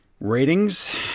Ratings